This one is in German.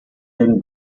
den